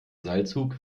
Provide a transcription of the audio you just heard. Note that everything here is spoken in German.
seilzug